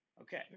Okay